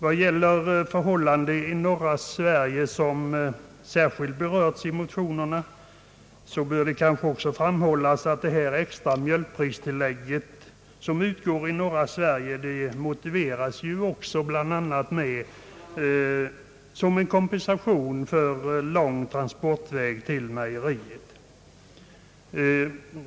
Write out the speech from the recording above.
Vad gäller förhållandet i norra Sverige, som särskilt berörts i motionerna, bör det kanske framhållas att det extra mjölkpristillägg som utgår i norra Sverige har motiverats bl.a. med att det utgör en kompensation för lång transportväg till mejeriet.